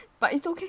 but it's okay